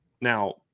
Now